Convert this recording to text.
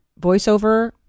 voiceover